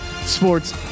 sports